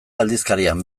aldizkarian